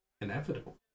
inevitable